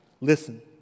Listen